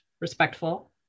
respectful